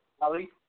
Ali